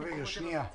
אתם תראו את זה במצגת.